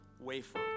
wafer